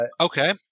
okay